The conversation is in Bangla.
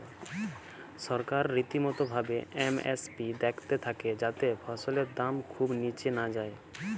সরকার রীতিমতো ভাবে এম.এস.পি দ্যাখতে থাক্যে যাতে ফসলের দাম খুব নিচে না যায়